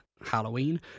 Halloween